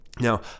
Now